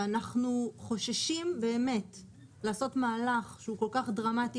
אנחנו חוששים לעשות מהלך שהוא כל כך דרמטי,